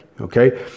Okay